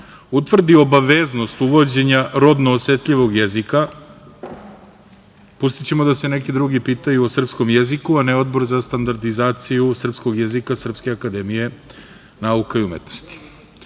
utvrdi obaveznost uvođenja rodno osetljivog jezika, pustićemo da se neki drugi pitaju o srpskom jeziku, a ne Odbor za standardizaciju srpskog jezika Srpske akademije nauke i umetnosti.